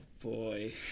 boy